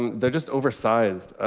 they're just oversized.